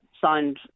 signed